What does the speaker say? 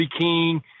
King